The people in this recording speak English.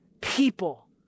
people